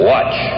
Watch